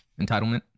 entitlement